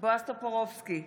בועז טופורובסקי,